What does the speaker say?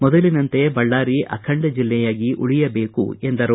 ಮೊದಲಿನಂತೆ ಬಳ್ಳಾರಿ ಅಖಂಡ ಜೆಲ್ಲೆಯಾಗಿ ಉಳಿಯಬೇಕೆಂದರು